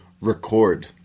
record